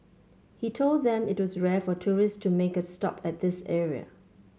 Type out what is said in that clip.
he told them it was rare for tourist to make a stop at this area